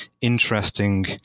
interesting